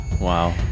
Wow